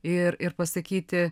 ir ir pasakyti